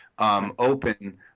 Open